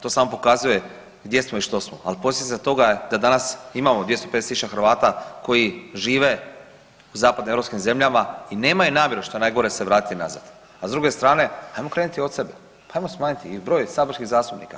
To samo pokazuje gdje smo i što smo, ali posljedica toga je da danas imamo 250.000 Hrvata koji žive u zapadnoeuropskim zemljama i nemaju namjeru što je najgore se vratiti nazad, a s druge strane ajmo krenuti od sebe, pa ajmo smanjiti i broj saborskih zastupnika.